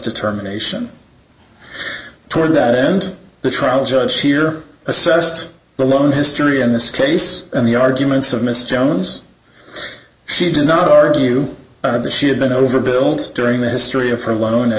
a terminations toward that end the trial judge here assessed the long history in this case and the arguments of mr jones she did not argue the she had been overbilled during the history of her alone at